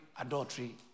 adultery